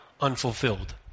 unfulfilled